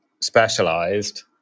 specialized